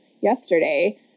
yesterday